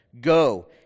go